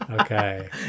Okay